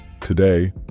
today